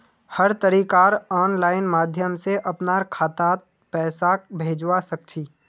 हर तरीकार आनलाइन माध्यम से अपनार खातात पैसाक भेजवा सकछी